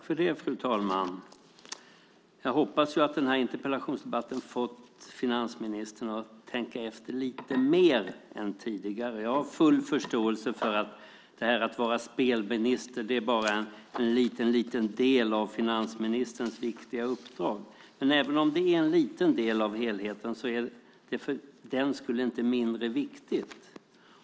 Fru talman! Jag hoppas att den här interpellationsdebatten har fått finansministern att tänka efter lite mer än tidigare. Jag har full förståelse för att det här att vara spelminister bara är en liten del av finansministerns viktiga uppdrag. Men även om det är en liten del av helheten så är det för den skull inte mindre viktigt.